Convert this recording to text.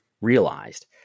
realized